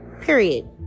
Period